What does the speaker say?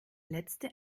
letzte